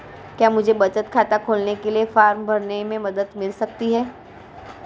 क्या मुझे बचत खाता खोलने के लिए फॉर्म भरने में मदद मिल सकती है?